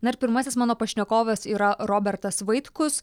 na ir pirmasis mano pašnekovas yra robertas vaitkus